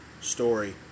story